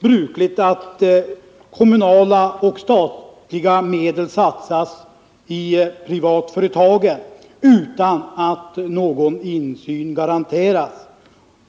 brukligt att kommunala och statliga medel satsas i privatföretagen utan att någon insyn garanteras.